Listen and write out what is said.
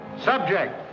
Subject